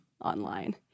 online